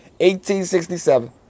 1867